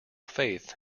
faith